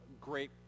Great